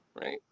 right